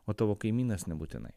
o tavo kaimynas nebūtinai